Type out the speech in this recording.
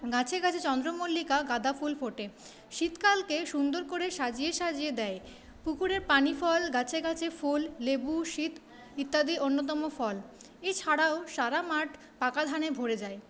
গাছে গাছে চন্দ্রমল্লিকা গাঁদা ফুল ফোটে শীতকালকে সুন্দর করে সাজিয়ে সাজিয়ে দেয় পুকুরের পানিফল গাছে গাছে ফুল লেবু সিম ইত্যাদি অন্যতম ফল এছাড়াও সারা মাঠ পাকা ধানে ভরে যায়